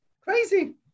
Crazy